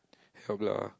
help lah